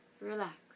relax